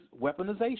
weaponization